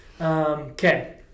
Okay